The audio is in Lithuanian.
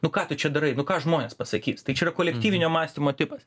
nu ką tu čia darai nu ką žmonės pasakys tai čia yra kolektyvinio mąstymo tipas